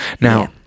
Now